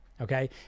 Okay